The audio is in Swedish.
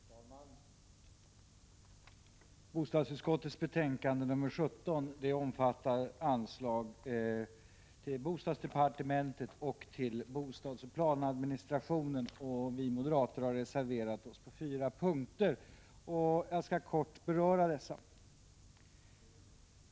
Herr talman! Bostadsutskottets betänkande nr 17 omfattar anslag till bostadsdepartementet och till bostadsoch planadministrationen. Vi moderater har reserverat oss på fyra punkter. Jag skall i korthet beröra dessa.